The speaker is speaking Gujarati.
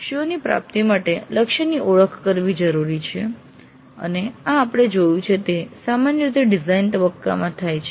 CO ની પ્રાપ્તિ માટે લક્ષ્યની ઓળખ કરવી જરૂરી છે અને આ આપણે જોયું છે તે સામાન્ય રીતે ડિઝાઇન તબક્કામાં થાય છે